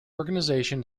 organisation